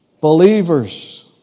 believers